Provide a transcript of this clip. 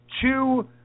two